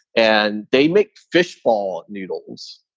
and they make fish for noodles.